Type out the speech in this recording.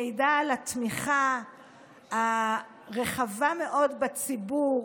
שמעידה על התמיכה הרחבה מאוד בציבור